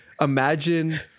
imagine